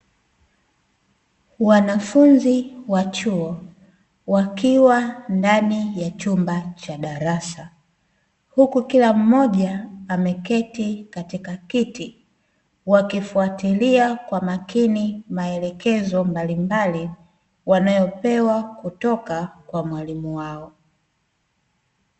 Wanafunzi wa chuo wakiwa ndani ya chumba cha darasa huku kila mmoja ameketi katika kiti, wakifuatilia kwa makini maelekezo mbalimbali wanayopewa kutoka kwa mwalimu wao.